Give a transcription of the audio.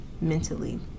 mentally